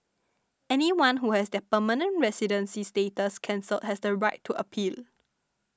anyone who has their permanent residency status cancelled has the right to appeal